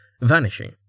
vanishing